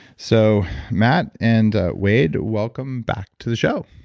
so matt and ah wade, welcome back to the show.